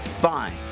fine